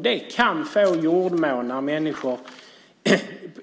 Det kan bli en jordmån när människor